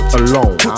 alone